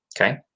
okay